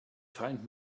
find